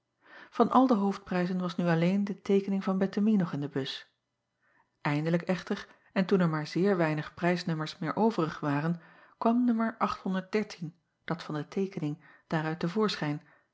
an al de hoofdprijzen was nu alleen de teekening van ettemie nog in de bus indelijk echter en toen er maar zeer weinig o prijsnummers meer overig waren kwam dat van de teekening daaruit